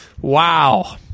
Wow